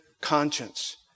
conscience